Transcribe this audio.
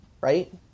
right